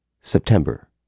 september